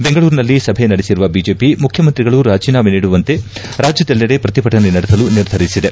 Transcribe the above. ಬೆಂಗಳೂರಿನಲ್ಲಿ ಸಭೆ ನಡೆಸಿರುವ ಬಿಜೆಪಿ ಮುಖ್ಯಮಂತ್ರಿಗಳು ರಾಜಿನಾಮೆ ನೀಡುವಂತೆ ರಾಜ್ಯದೆಲ್ಲೆಡೆ ಪ್ರತಿಭಟನೆ ನಡೆಸಲು ನಿರ್ಧರಿಸಿದೆ